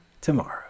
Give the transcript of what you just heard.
tomorrow